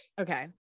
Okay